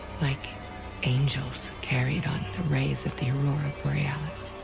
like angels carried on the rays of the aurora borealis.